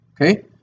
okay